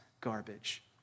garbage